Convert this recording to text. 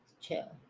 Chill